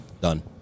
Done